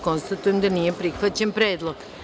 Konstatujem da nije prihvaćen predlog.